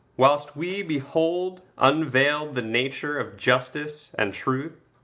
whilst we behold unveiled the nature of justice and truth,